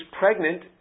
pregnant